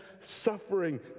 suffering